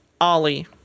Ollie